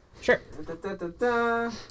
sure